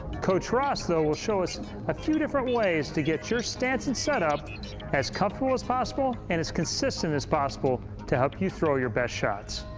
coach ross, though, will show us a few different ways to get your stance and set up as comfortable as possible and as consistent as possible to help you throw your best shots.